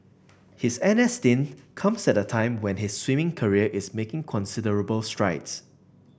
his N S stint comes at a time when his swimming career is making considerable strides